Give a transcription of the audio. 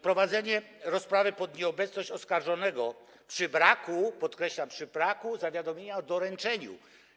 Prowadzenie rozprawy pod nieobecność oskarżonego przy braku - podkreślam: przy braku - zawiadomienia o doręczeniu.